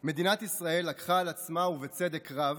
מדינת ישראל לקחה על עצמה, ובצדק רב,